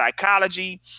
psychology